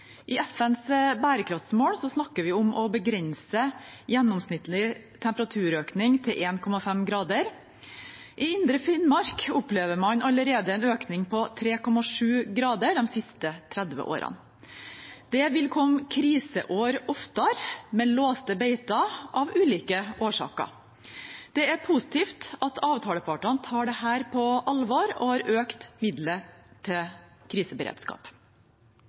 I FNs bærekraftsmål snakker vi om å begrense gjennomsnittlig temperaturøkning til 1,5 grader. I indre Finnmark har man allerede opplevd en økning på 3,7 grader de siste 30 årene. Det vil komme kriseår oftere med låste beiter av ulike årsaker. Det er positivt at avtalepartene tar dette på alvor og har økt midler til kriseberedskap.